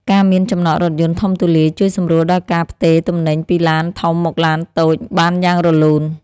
ការមានចំណតរថយន្តធំទូលាយជួយសម្រួលដល់ការផ្ទេរទំនិញពីឡានធំមកឡានតូចបានយ៉ាងរលូន។